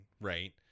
right